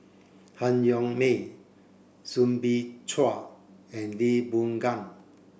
Han Yong May Soo Bin Chua and Lee Boon Ngan